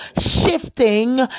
shifting